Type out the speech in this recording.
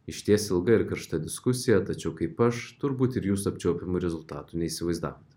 išties ilga ir karšta diskusija tačiau kaip aš turbūt ir jūs apčiuopiamų rezultatų neįsivaizdavot